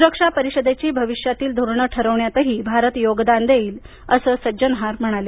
सुरक्षा परिषदेची भविष्यातील धोरण ठरवण्याताही भारत योगदान देईल असं सज्जनहार म्हणाले